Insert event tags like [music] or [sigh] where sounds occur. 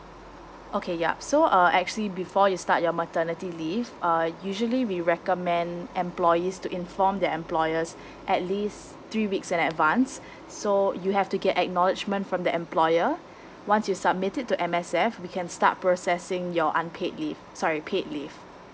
okay yup so uh actually before you start your maternity leaves uh usually we recommend employees to inform the employers [breath] at least three weeks in advance [breath] so you have to get acknowledgement from the employer [breath] once you submit it to M_S_F we can start processing your unpaid leave sorry paid leave